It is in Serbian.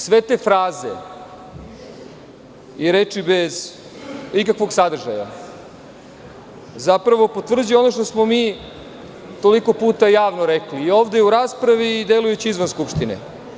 Sve te fraze i reči bez ikakvog sadržaja, zapravo potvrđuje ono što smo mi toliko puta javno rekli i ovde u raspravi i delujući izvan Skupštine.